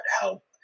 help